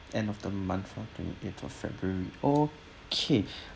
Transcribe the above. end of the month oh twenty-eight until february okay